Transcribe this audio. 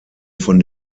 von